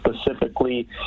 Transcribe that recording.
specifically